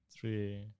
three